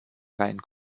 rein